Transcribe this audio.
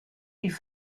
die